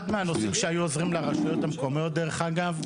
אחד מהנושאים שהיו עוזרים לרשויות המקומיות דרך אגב,